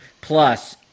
plus